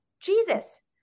Jesus